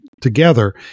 together